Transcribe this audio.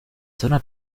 zona